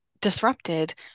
disrupted